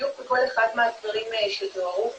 בדיוק בכל אחד מהדברים שתוארו פה,